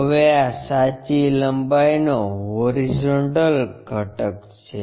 હવે આ સાચી લંબાઈનો હોરીઝોન્ટલ ઘટક છે